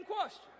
question